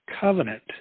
Covenant